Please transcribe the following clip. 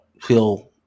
feel